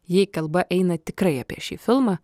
jei kalba eina tikrai apie šį filmą